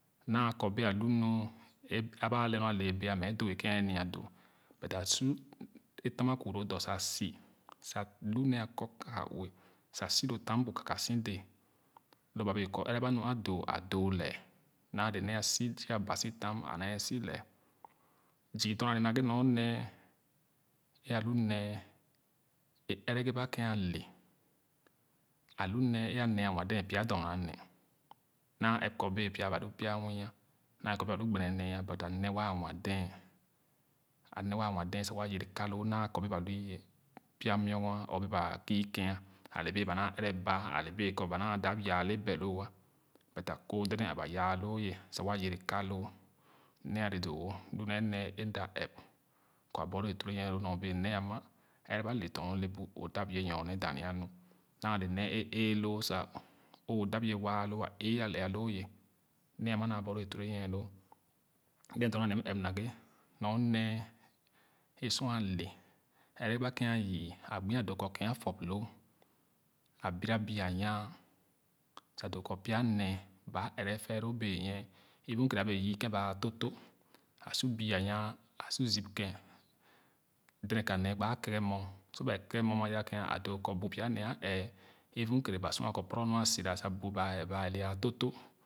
Naa kɔ bɛɛn a lu nu aba e ale nor alee bee mɛ a doo kenia doo but a su e tan a kuu lo dɔ sa si sa lu nee a kɔ kakaue sa sa la tam bu kaka si dɛɛ lo ba bee kɔ ɛrɛ ba nu a doo a doo lɛɛ naa le nee a si aba si tam a nee si lɛɛ zü dorma nee naghe nor nee e alu nee e ɛgere ba ken ale alu nee a nee anwa dee pya dorna nee e alu nee anwa dee pya dorna nee naa ɛp kɔ bee bulu pya nwu na ɛp kɔ bea ba lugbenae nee nua a nwa a nwa a nwa dee balu pya muɔgon or bee ba kü ken ale bee ba maa ɛrɛ sa ale bee kɔ ba naa dap yaa le bɛloo but a koo défén aba yaa loo ye sa wa yereka loo nee ale doo wo lu nee nee e mda ɛp kɔ e borloo a ture nyie loo nyobee nee ana ɛrɛ ba letɔn o le bu o dap ye nyohe dania nu naale nee e eeloo sa o dap ye waa loo a ce ah lɛɛ ’ah loo nee ama naa borloo iture nyie loo then dorna nee map naghe nor nee e sor ale ɛlɛ ba ken a yii a gbo adoo kɔ ken a fug loo a bira bia anyan sa doo kɔ pya nee ba ɛrɛ ɛfɛɛloo benyie even kere abee yü ken baa torto a su bia a nyan asu zip ken deden kanee gba keekee mug sor baa kee kee mug a ya ken a doo kɔ bu pya nee a ɛɛ even kere ba sua kɔ poro nee nɔa sira sa ba ale aa torto ̣